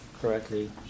correctly